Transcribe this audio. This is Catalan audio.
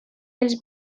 dels